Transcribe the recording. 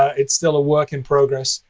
it's still a work in progress.